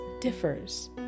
differs